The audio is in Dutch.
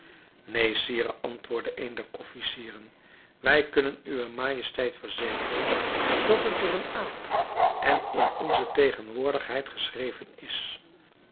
neen sire antwoordde een der officieren wij kunnen uwe majesteit verzekeren dat het door een aap en in onze tegenwoordigheid geschreven is